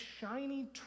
shiny